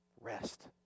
Rest